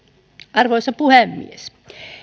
arvoisa puhemies